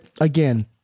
Again